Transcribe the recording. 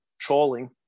trolling